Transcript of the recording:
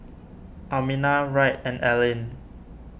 Almina Wright and Allyn